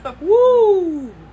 Woo